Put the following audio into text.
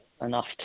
enough